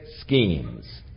schemes